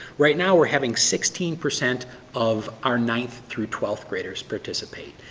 right now we're having sixteen percent of our ninth through twelfth graders participate.